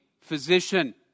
physician